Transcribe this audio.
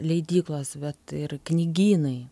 leidyklos bet ir knygynai